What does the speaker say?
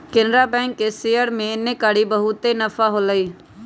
Canara bank के share में एन्नेकारी बहुते नफा होलई